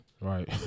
Right